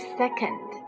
second